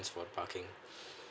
is for parking